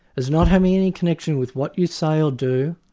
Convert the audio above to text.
does not have any any connection with what you say or do,